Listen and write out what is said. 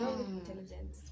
intelligence